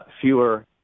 fewer